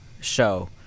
show